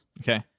Okay